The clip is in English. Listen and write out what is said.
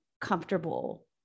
comfortable